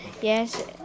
Yes